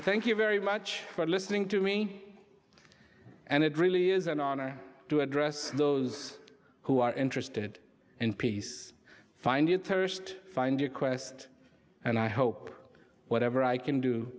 thank you very much for listening to me and it really is an honor to address those who are interested in peace find it perished find your quest and i hope whatever i can do